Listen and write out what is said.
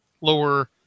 lower